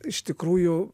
iš tikrųjų